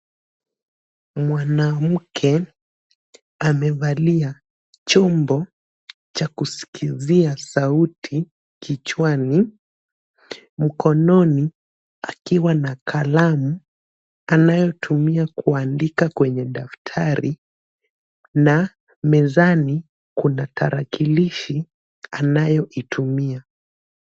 Mwanamke amevalia chombo cha kusikizia sauti kichwani mkononi akiwa na kalamu anayotumia kuandika kwenye daftari na mezani kuna tarakilishi anayoitumia.